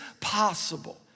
possible